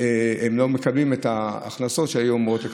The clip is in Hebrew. שהן לא מקבלות את ההכנסות שהן היו אמורות לקבל.